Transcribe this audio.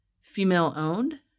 female-owned